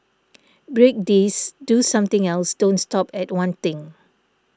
break this do something else don't stop at one thing